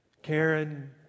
Karen